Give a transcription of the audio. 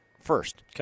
first